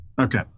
okay